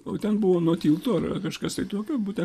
o ten buvo nuo tilto kažkas tokio būtent